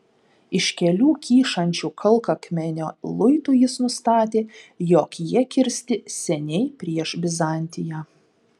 iš kelių kyšančių kalkakmenio luitų jis nustatė jog jie kirsti seniai prieš bizantiją